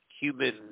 human